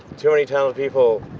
too many talented people,